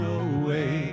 away